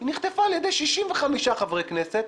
היא נחטפה על ידי 65 חברי כנסת